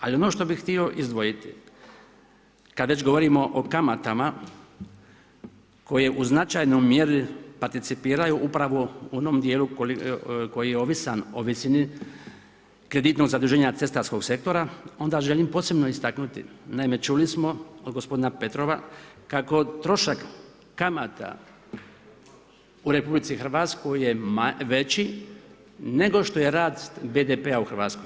Ali ono što bih htio izdvojiti kad već govorimo o kamatama koje u značajnoj mjeri participiraju upravo u onom dijelu koji je ovisan o visini kreditnog zaduženja cestarskog sektora onda želim posebno istaknuti, naime čuli smo, od gospodina Petrova, kako trošak kamata u RH je veći nego što je rad BDP-a u Hrvatskoj.